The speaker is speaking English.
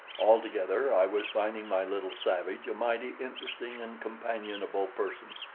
altogether i was finding my little savage a mighty interesting and companionable person,